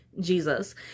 Jesus